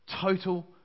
total